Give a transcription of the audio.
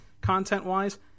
content-wise